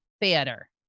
Theater